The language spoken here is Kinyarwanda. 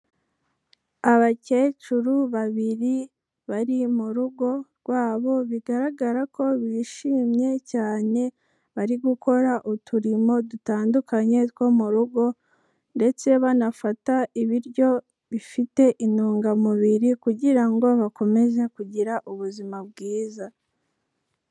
Abakecuru babiri bari mu rugo rwabo bigaragara ko bishimye cyane, bari gukora uturimo dutandukanye two mu rugo ndetse banafata ibiryo bifite intungamubiri kugira ngo bakomeze kugira ubuzima bwiza.